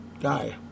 Guy